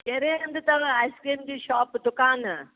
कहिड़े हंधि अथव आइस्क्रीम जी शॉप दुकान